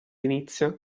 inizia